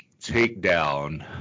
takedown